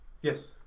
Yes